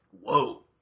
Whoa